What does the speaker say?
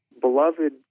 beloved